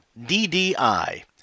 DDI